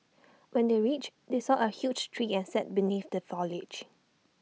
when they reached they saw A huge tree and sat beneath the foliage